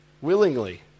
willingly